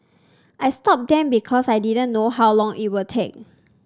I stopped them because I didn't know how long it would take